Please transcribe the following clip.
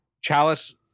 Chalice